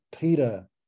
Peter